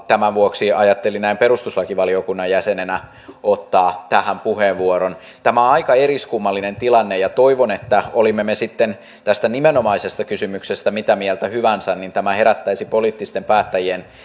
tämän vuoksi ajattelin näin perustuslakivaliokunnan jäsenenä ottaa tähän puheenvuoron tämä on aika eriskummallinen tilanne ja toivon että olimme me sitten tästä nimenomaisesta kysymyksestä mitä mieltä hyvänsä niin tämä herättäisi poliittisten päättäjien